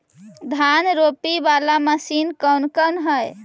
धान रोपी बाला मशिन कौन कौन है?